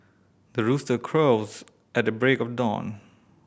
the rooster crows at the break of dawn